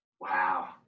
Wow